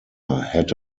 had